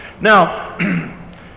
Now